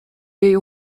jej